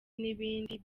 n’ibindi